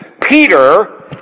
Peter